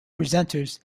presenters